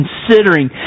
considering